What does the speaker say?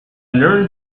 learned